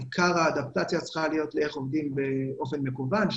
עיקר האדפטציה צריכה להיות איך עובדים באופן מקוון.